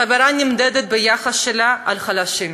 חברה נמדדת ביחס שלה לחלשים.